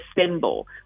symbol